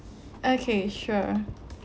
okay sure